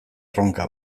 erronka